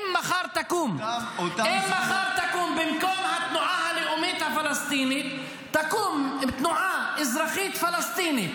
אם מחר במקום התנועה הלאומית הפלסטינית תנועה תקום אזרחית פלסטינית,